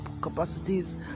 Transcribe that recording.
capacities